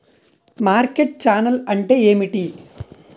Market channel అంటే ఏమిటి?